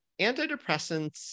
antidepressants